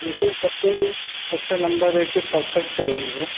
इसमें सबसे अच्छे नम्बर एक पर परफेक्ट चल रही है